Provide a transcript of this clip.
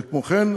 וכמו כן,